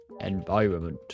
environment